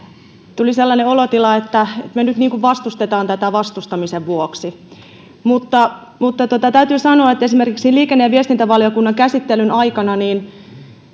tuli sellainen olotila että me nyt vastustamme tätä vastustamisen vuoksi mutta mutta täytyy sanoa että esimerkiksi liikenne ja viestintävaliokunnan käsittelyn aikana